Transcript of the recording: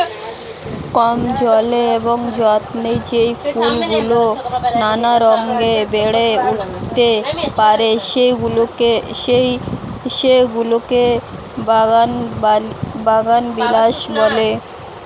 কম জলে এবং যত্নে যেই ফুলগুলো নানা রঙে বেড়ে উঠতে পারে, সেগুলোকে বাগানবিলাস বলে